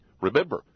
Remember